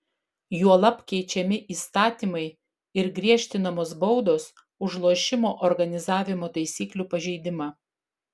juolab keičiami įstatymai ir griežtinamos baudos už lošimo organizavimo taisyklių pažeidimą